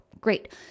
Great